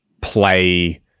play